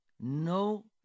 No